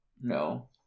No